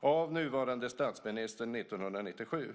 av nuvarande statsministern 1997.